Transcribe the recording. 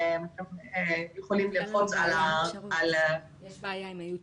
יש בעיה עם היוטיוב.